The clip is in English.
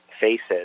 faces